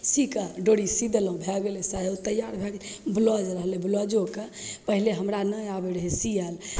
सीकऽ डोरी सी देलहुँ भै गेलै सायो तैआर भै गेलै ब्लाउज रहलै ब्लाउजोके पहिले हमरा नहि आबै रहै सिएले